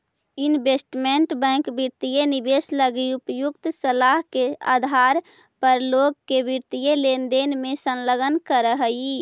investment bank वित्तीय निवेश लगी उपयुक्त सलाह के आधार पर लोग के वित्तीय लेनदेन में संलग्न करऽ हइ